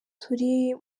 turi